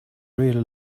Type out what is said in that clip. really